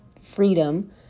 freedom